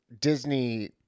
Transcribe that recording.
Disney